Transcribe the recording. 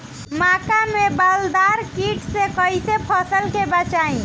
मक्का में बालदार कीट से कईसे फसल के बचाई?